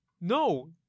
No